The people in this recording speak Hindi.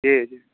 जी जी